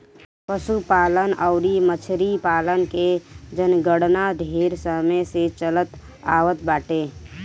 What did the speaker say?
पशुपालन अउरी मछरी पालन के जनगणना ढेर समय से चलत आवत बाटे